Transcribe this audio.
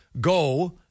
go